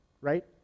right